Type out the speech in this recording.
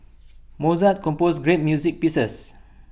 Mozart composed great music pieces